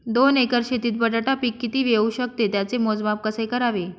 दोन एकर शेतीत बटाटा पीक किती येवू शकते? त्याचे मोजमाप कसे करावे?